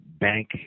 bank